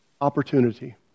opportunity